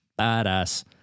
badass